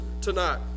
tonight